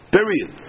Period